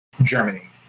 Germany